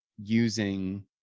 using